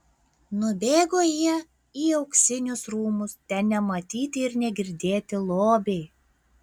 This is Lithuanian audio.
nubėgo jie į auksinius rūmus ten nematyti ir negirdėti lobiai